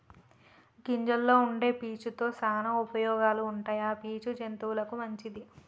గింజల్లో వుండే పీచు తో శానా ఉపయోగాలు ఉంటాయి ఆ పీచు జంతువులకు మంచిది